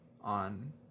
on